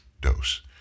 dose